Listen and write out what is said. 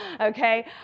okay